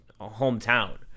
hometown